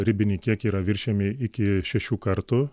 ribiniai kiekiai yra viršijami iki šešių kartų